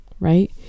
right